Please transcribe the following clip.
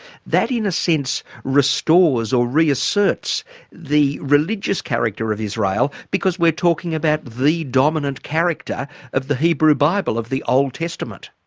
that in a sense restores or reasserts the religious character of israel, because we're talking about the dominant character of the hebrew bible, of the old testament.